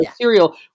cereal